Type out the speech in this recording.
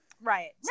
Right